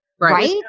right